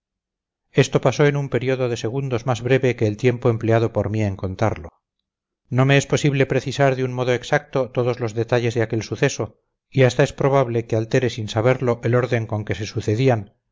esto pasó en un período de segundos más breve que el tiempo empleado por mí en contarlo no me es posible precisar de un modo exacto todos los detalles de aquel suceso y hasta es probable que altere sin saberlo el orden con que se sucedían